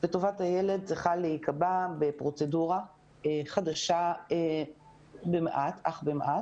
וטובת הילד צריכה להיקבע בפרוצדורה חדשה אך במעט